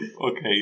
Okay